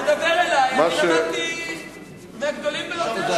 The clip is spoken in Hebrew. הוא מדבר אלי, אני למדתי מהגדולים ביותר.